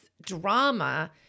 drama